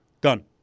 Done